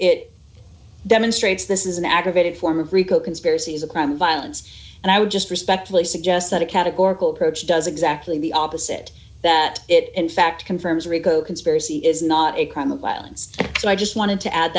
it demonstrates this is an aggravated form of rico conspiracies a crime of violence and i would just respectfully suggest that a categorical approach does exactly the opposite that it in fact confirms rico d conspiracy is not a crime of violence and i just wanted to add